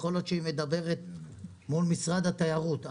יכול להיות שהיא מדברת מול משרד התיירות.